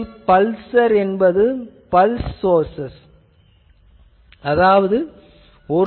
இதில் பல்சர் என்பது pulse source high power source ஆகும்